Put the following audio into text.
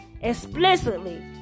explicitly